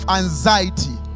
anxiety